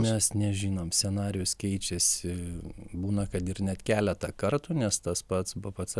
mes nežinom scenarijus keičiasi būna kad ir net keletą kartų nes tas pats bpc